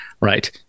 right